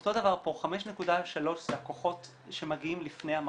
אותו דבר פה, 5.3 זה הכוחות שמגיעים לפני המחנה.